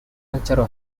cultural